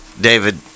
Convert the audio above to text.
David